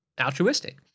altruistic